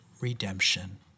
redemption